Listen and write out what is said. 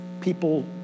people